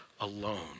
alone